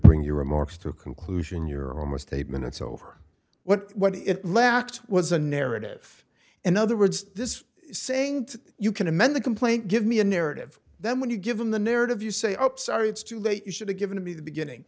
bring your remarks to a conclusion you're almost eight minutes over what it lacked was a narrative in other words this saying to you can amend the complaint give me a narrative then when you give them the narrative you say up sorry it's too late you should be given to be the beginning